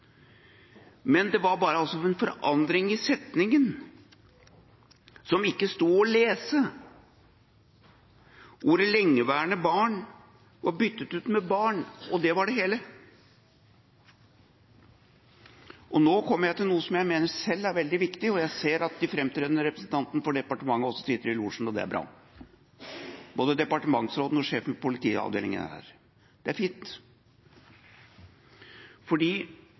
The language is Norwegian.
i setningen, som ikke sto å lese, hvor «lengeværende barn» var byttet ut med «barn» – og det var det hele. Og nå kommer jeg til noe som jeg selv mener er veldig viktig – og jeg ser at de framtredende representantene for departementet også sitter i losjen, og det er bra, både departementsråden og sjefen for Politiavdelingen er her, det er fint: